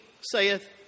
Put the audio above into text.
saith